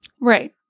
Right